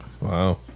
Wow